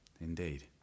Indeed